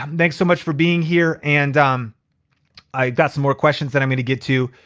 um thanks so much for being here. and um i got some more questions that i'm gonna get to.